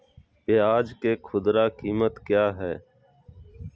प्याज के खुदरा कीमत क्या है?